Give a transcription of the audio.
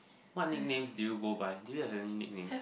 what nicknames do you go by do you have any nicknames